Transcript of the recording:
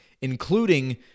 including